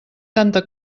tanta